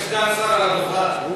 יש סגן שר על הדוכן.